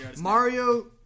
Mario